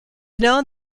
known